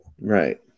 right